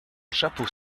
chapeau